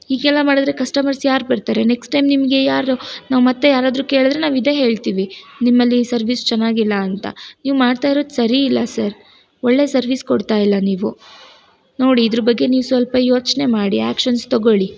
ಹೀಗೆಲ್ಲ ಮಾಡಿದ್ರೆ ಕಸ್ಟಮರ್ಸ್ ಯಾರು ಬರ್ತಾರೆ ನೆಕ್ಸ್ಟ್ ಟೈಮ್ ನಿಮಗೆ ಯಾರು ನಾವು ಮತ್ತೆ ಯಾರಾದರೂ ಕೇಳಿದ್ರೆ ನಾವು ಇದೇ ಹೇಳ್ತೀವಿ ನಿಮ್ಮಲ್ಲಿ ಸರ್ವೀಸ್ ಚೆನ್ನಾಗಿಲ್ಲ ಅಂತ ನೀವು ಮಾಡ್ತಾಯಿರೋದು ಸರಿಯಿಲ್ಲ ಸರ್ ಒಳ್ಳೆಯ ಸರ್ವೀಸ್ ಕೊಡ್ತಾಯಿಲ್ಲ ನೀವು ನೋಡಿ ಇದ್ರ ಬಗ್ಗೆ ನೀವು ಸ್ವಲ್ಪ ಯೋಚನೆ ಮಾಡಿ ಆ್ಯಕ್ಷನ್ಸ್ ತೊಗೊಳ್ಳಿ